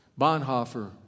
Bonhoeffer